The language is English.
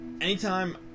Anytime